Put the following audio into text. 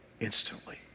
Instantly